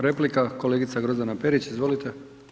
Replika, kolegica Grozdana Perić, izvolite.